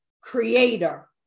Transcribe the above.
creator